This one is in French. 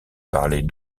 parlait